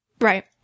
right